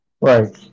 Right